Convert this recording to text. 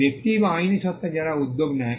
ব্যক্তি বা আইনী সত্তা যারা উদ্যোগ নেয়